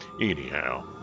anyhow